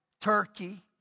turkey